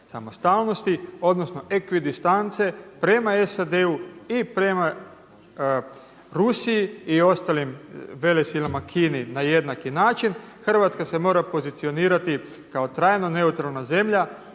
samostalnosti odnosno ekvidistance prema SAD-u i prema Rusiji i ostalim velesilama Kini na jednaki način. Hrvatska se mora pozicionirati kao trajno neutralna zemlja